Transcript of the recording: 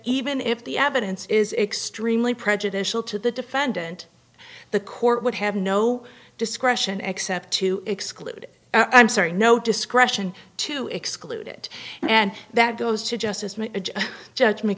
even if the evidence is extremely prejudicial to the defendant the court would have no discretion accept to exclude i'm sorry no discretion to exclude it and that goes to just